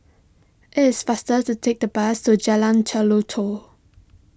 it is faster to take the bus to Jalan Jelutong